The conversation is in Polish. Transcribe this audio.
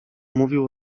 mówił